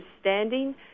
standing